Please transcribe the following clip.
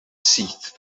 syth